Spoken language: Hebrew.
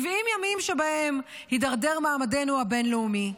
70 ימים שבהם התדרדר מעמדנו הבין-לאומי,